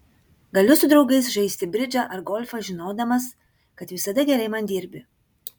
galiu su draugais žaisti bridžą ar golfą žinodamas kad visada gerai man dirbi